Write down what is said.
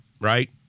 right